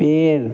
पेड़